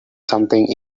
something